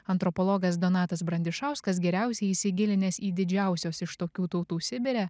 antropologas donatas brandišauskas geriausiai įsigilinęs į didžiausios iš tokių tautų sibire